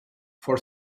for